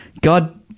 God